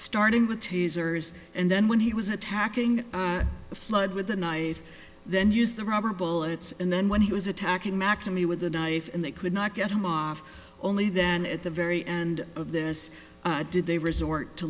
starting with tasers and then when he was attacking the flood with a knife then use the rubber bullets and then when he was attacking mcnamee with a knife and they could not get him off only then at the very end of this did they resort to